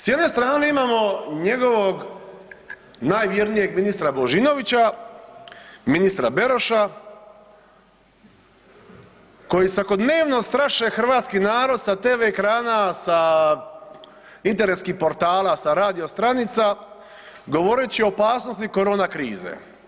S jedne strane imamo njegovog najvjernijeg ministra Božinovića, ministra Beroša koji svakodnevno straše hrvatski narod sa TV ekrana, sa internetskih portala, sa radi stanica govoreći o opasnosti korone krize.